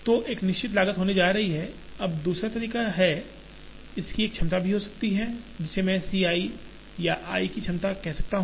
तो एक निश्चित लागत होने जा रही है अब दूसरा तरीका है इस की एक क्षमता भी हो सकती है जिसे मैं C i या i की क्षमता कह सकता हूं